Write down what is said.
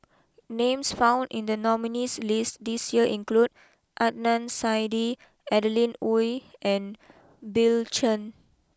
names found in the nominees list this year include Adnan Saidi Adeline Ooi and Bill Chen